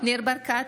ניר ברקת,